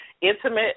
intimate